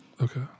Okay